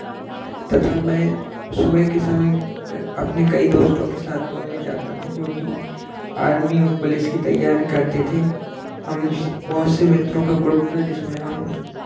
तथा मैं सुबह के समय अपने कई दोस्तों के साथ दौड़ने जाता था जो कि आर्मी और पुलिस की तैयारी करते थे हम बहुत से मित्रों का ग्रुप था जिसमें हम